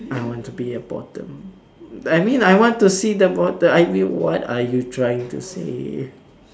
I want to be a bottom I mean I want to see the bottom I mean what are you trying to say